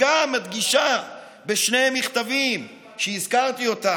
בשני מכתבים שהזכרתי אותם,